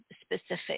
specific